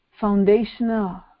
foundational